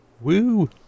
Woo